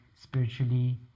spiritually